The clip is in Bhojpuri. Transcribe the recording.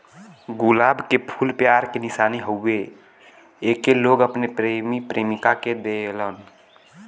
गुलाब के फूल प्यार के निशानी हउवे एके लोग अपने प्रेमी प्रेमिका के देलन